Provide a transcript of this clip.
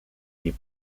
die